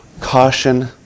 caution